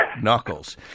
knuckles